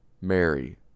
Mary